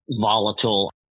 volatile